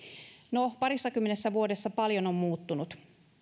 no parissakymmenessä vuodessa paljon on muuttunut